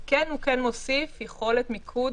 וכרגע בהצעת הנוהל שאנחנו כתבנו,